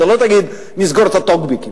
אתה לא תגיד "נסגור את הטוקבקים".